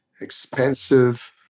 expensive